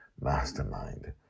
Mastermind